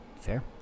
Fair